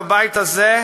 בבית הזה,